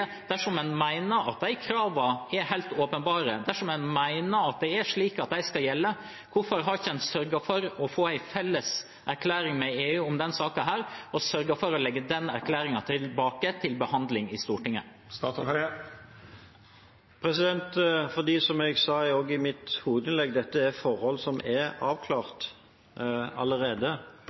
Dersom en mener at de kravene er helt åpenbare, dersom en mener at de skal gjelde, hvorfor har en ikke fra norsk side sørget for å få en felles erklæring med EU om denne saken og sørget for å sende den erklæringen tilbake til Stortinget for behandling? Det er fordi – som jeg også sa i mitt hovedinnlegg – dette er forhold som er avklart allerede.